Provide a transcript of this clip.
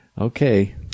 Okay